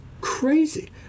crazy